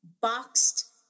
boxed